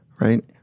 right